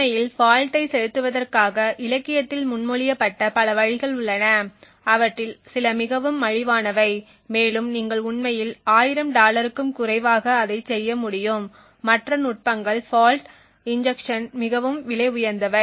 உண்மையில் ஃபால்ட்டைச் செலுத்துவதற்காக இலக்கியத்தில் முன்மொழியப்பட்ட பல வழிகள் உள்ளன அவற்றில் சில மிகவும் மலிவானவை மேலும் நீங்கள் உண்மையில் 1000 டாலருக்கும் குறைவாக அதைச் செய்ய முடியும் மற்ற நுட்பங்கள் ஃபால்ட் இன்ஜெக்ஷன் மிகவும் விலை உயர்ந்தவை